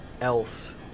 else